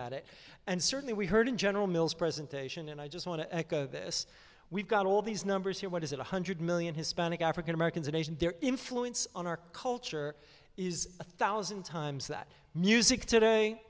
at it and certainly we heard in general mills presentation and i just want to echo this we've got all these numbers here what is it one hundred million hispanic african americans and their influence on our culture is a thousand times that music today